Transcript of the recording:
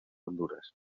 honduras